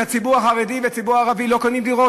שהציבור החרדי והציבור הערבי לא קונים דירות?